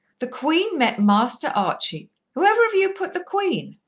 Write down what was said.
the queen met master archie whoever of you put the queen?